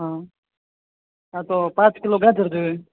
હમ હા તો પાંચ કિલ્લો ગાજર જોએ